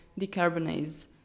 decarbonize